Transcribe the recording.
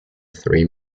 three